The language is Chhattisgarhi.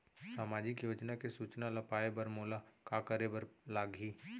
सामाजिक योजना के सूचना ल पाए बर मोला का करे बर लागही?